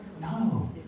No